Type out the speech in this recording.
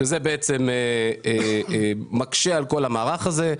שזה בעצם מקשה על כך המערך הזה.